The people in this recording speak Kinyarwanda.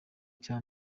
cya